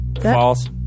False